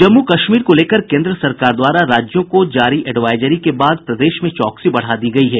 जम्मू कश्मीर को लेकर केन्द्र सरकार द्वारा राज्यों को जारी एडवाइजरी के बाद प्रदेश में चौकसी बढ़ा दी गयी है